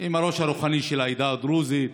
עם הראש הרוחני של העדה הדרוזית,